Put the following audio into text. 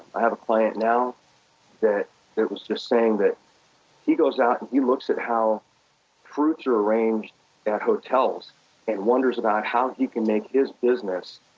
i have a client now that that was just saying that he goes out and he looks at how fruits are arranged at hotels and wonders about how he can make his business,